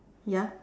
ya